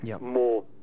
more